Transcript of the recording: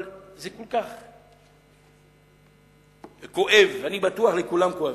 אבל זה כל כך כואב, אני בטוח שכולם כואבים.